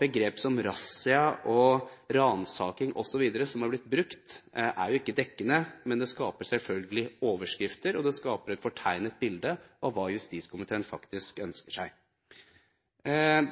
Begrep som «razzia» og «ransaking» osv., som er blitt brukt, er jo ikke dekkende, men det skaper selvfølgelig overskrifter, og det skaper et fortegnet bilde av hva justiskomiteen faktisk ønsker seg.